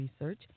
research